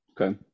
Okay